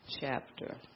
chapter